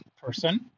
person